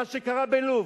מה שקרה בלוב,